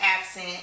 absent